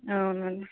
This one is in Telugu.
అవునండి